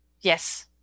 yes